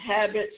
habits